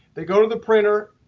they go to the printer,